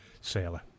sailor